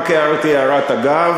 רק הערתי הערת אגב